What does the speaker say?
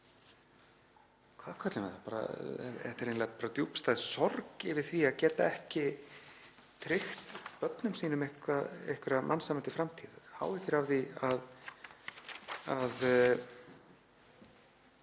hvað köllum við það? Þetta er eiginlega hreinlega djúpstæð sorg yfir því að geta ekki tryggt börnum sínum einhverja mannsæmandi framtíð, áhyggjur af því að